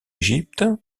égypte